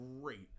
great